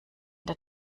der